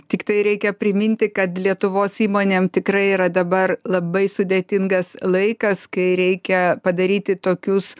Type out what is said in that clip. tiktai reikia priminti kad lietuvos įmonėm tikrai yra dabar labai sudėtingas laikas kai reikia padaryti tokius